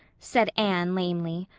said anne lamely.